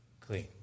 clean